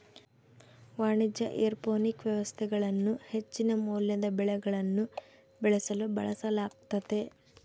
ವಾಣಿಜ್ಯ ಏರೋಪೋನಿಕ್ ವ್ಯವಸ್ಥೆಗಳನ್ನು ಹೆಚ್ಚಿನ ಮೌಲ್ಯದ ಬೆಳೆಗಳನ್ನು ಬೆಳೆಸಲು ಬಳಸಲಾಗ್ತತೆ